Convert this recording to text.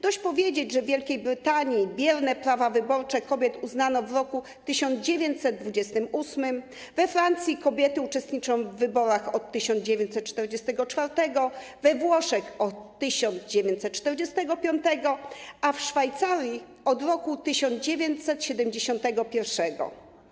Dość powiedzieć, że w Wielkiej Brytanii bierne prawa wyborcze kobiet uznano w roku 1928, we Francji kobiety uczestniczą w wyborach od 1944 r., we Włoszech od 1945 r., a w Szwajcarii od roku 1971.